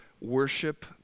Worship